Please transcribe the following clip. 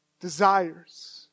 desires